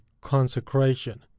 consecration